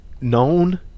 known